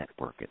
Networking